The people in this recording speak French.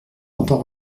entend